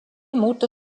muutu